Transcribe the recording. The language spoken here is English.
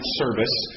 service